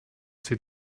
sie